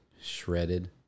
shredded